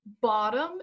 bottom